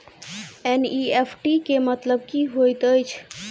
NEFT केँ मतलब की होइत अछि?